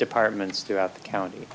departments throughout the county